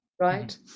right